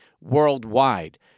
worldwide